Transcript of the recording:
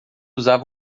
usava